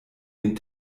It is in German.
den